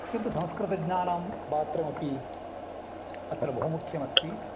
किन्तु संस्कृतज्ञानां पात्रमपि अत्र बहु मुख्यमस्ति